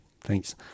Thanks